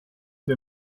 des